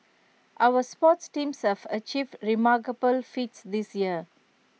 our sports teams surf achieved remarkable feats this year